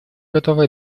готова